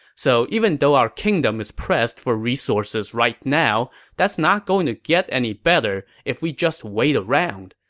so even though our kingdom is pressed for resources right now, that's not going to get any better if we just wait around.